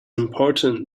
important